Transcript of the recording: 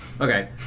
Okay